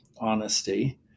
honesty